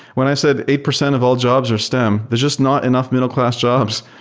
when i said eight percent of all jobs are stem, there're just not enough middleclass jobs.